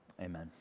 amen